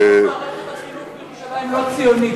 בגלל זה מערכת החינוך בירושלים לא ציונית.